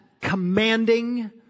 commanding